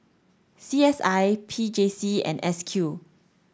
C S I P J C and S Q